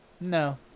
No